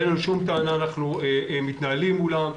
אנחנו מתנהלים מולם,